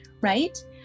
right